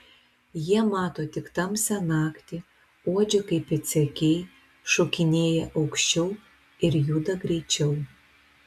jie mato tik tamsią naktį uodžia kaip pėdsekiai šokinėja aukščiau ir juda greičiau